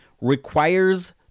requires